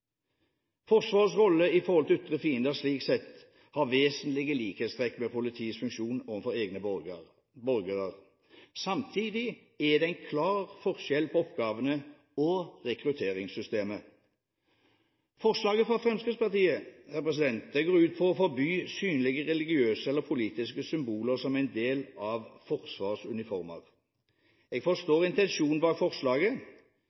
Forsvarets rolle i forhold til ytre fiender slik sett har vesentlige likhetstrekk med politiets funksjon overfor egne borgere. Samtidig er det en klar forskjell på oppgavene og rekrutteringssystemet. Forslaget fra Fremskrittspartiet går ut på å forby synlige religiøse eller politiske symboler som en del av Forsvarets uniformer. Jeg forstår intensjonen bak forslaget.